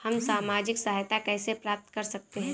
हम सामाजिक सहायता कैसे प्राप्त कर सकते हैं?